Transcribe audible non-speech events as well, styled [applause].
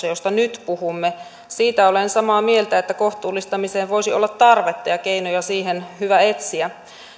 [unintelligible] josta nyt puhumme siitä olen samaa mieltä että kohtuullistamiseen voisi olla tarvetta ja keinoja siihen hyvä etsiä